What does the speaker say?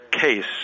case